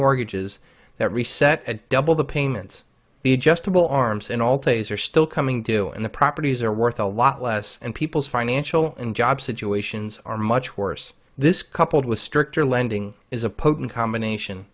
mortgages that reset at double the payments the adjustable arms and all plays are still coming due and the properties are worth a lot less and people's financial and job situations are much worse this coupled with stricter lending is a potent combination